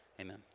amen